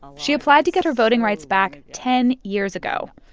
um she applied to get her voting rights back ten years ago,